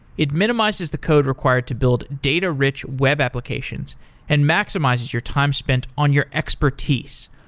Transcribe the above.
it minimizes the code required to build data-rich web applications and maximizes your time spent on your expertise.